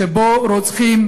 שבה רוצחים,